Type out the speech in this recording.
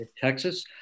Texas